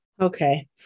okay